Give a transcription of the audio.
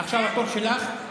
עכשיו התור שלך?